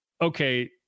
okay